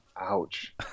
Ouch